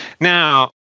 now